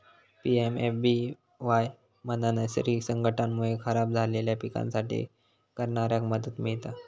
PMFBY मधना नैसर्गिक संकटांमुळे खराब झालेल्या पिकांसाठी करणाऱ्याक मदत मिळता